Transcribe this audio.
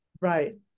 Right